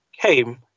came